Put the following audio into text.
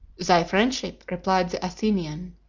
thy friendship, replied the athenian,